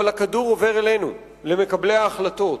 אבל הכדור עובר אלינו, אל מקבלי ההחלטות.